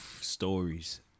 stories